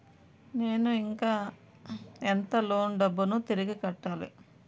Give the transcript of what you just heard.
నేను ఇంకా ఎంత లోన్ డబ్బును తిరిగి కట్టాలి?